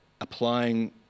applying